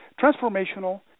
transformational